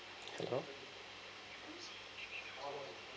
hello